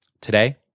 Today